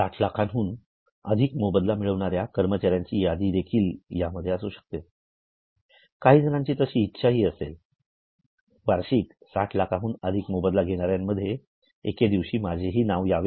60 लाखाहून अधिक मोबदला मिळणार्या कर्मचार्यांची यादी देखील यामध्ये असू शकते काहीजणांची तशी इच्छा हि असेल वार्षिक 60 लाखाहून अधिक मोबदला घेणाऱ्यांमध्ये एके दिवशी माझेही नाव यावे